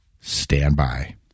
standby